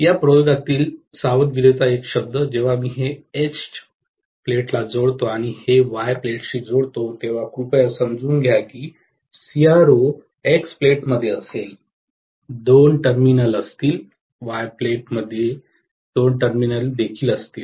या प्रयोगातील सावधगिरीचा एक शब्द जेव्हा मी हे H प्लेटला जोडतो आणि हे Y प्लेटशी जोडतो तेव्हा कृपया समजून घ्या की सीआरओ X प्लेटमध्ये असेल दोन टर्मिनल असतील Y प्लेटमध्ये दोन टर्मिनल देखील असतील